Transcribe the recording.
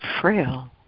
frail